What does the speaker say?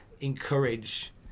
encourage